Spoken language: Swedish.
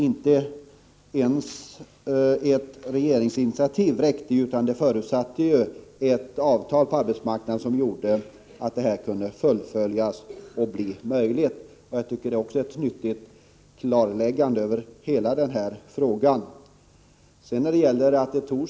Inte ens ett regeringsinitiativ räckte, utan det blev nödvändigt att ett avtal måste slutas på arbetsmarknaden för att det hela skulle bli möjligt. Jag tycker att det är nyttigt med detta klarläggande när det gäller hela denna fråga.